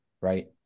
right